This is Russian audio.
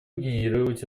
генерировать